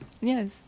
Yes